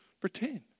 pretend